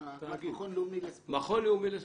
איך